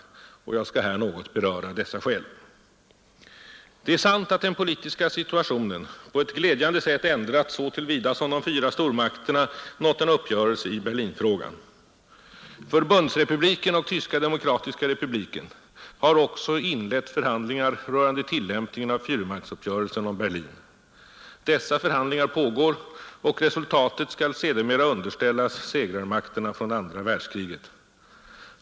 Jag skall här något beröra dessa skäl, Det är sant att den politiska situationen på ett glädjande sätt ändrats så till vida som de fyra stormakterna nått en uppgörelse i Berlinfrågan. Förbundsrepubliken och Tyska demokratiska republiken har också inlett förhandlingar rörande tillämpningen av fyrmaktsuppgörelsen om Berlin. Dessa förhandlingar pågår, och resultatet skall sedermera underställas segrarmakterna från andra världskriget.